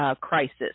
crisis